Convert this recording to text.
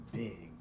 big